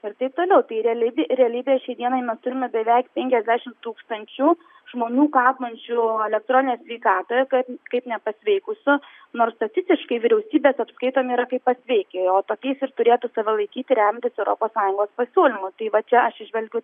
ir taip toliau tai realy realybėje šiai dienai mes turime beveik penkiasdešimt tūkstančių žmonų kabančių elektroninėje sveikatoje kad kaip nepasveikusių nors statistiškai vyriausybės apskaitomi yra kaip pasveikę o tokiais ir turėtų save laikyti remiantis europos sąjungos pasiūlymu tai va čia aš įžvelgiu